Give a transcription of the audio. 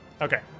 Okay